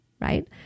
right